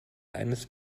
eines